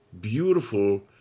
beautiful